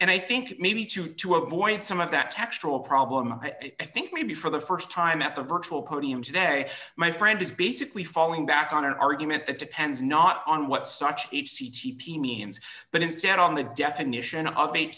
and i think maybe to to avoid some of that actual problem i think maybe for the st time at the virtual podium today my friend is basically falling back on an argument that depends not on what such h c t p means but instead on the definition o